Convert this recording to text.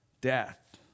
death